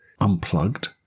unplugged